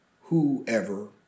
whoever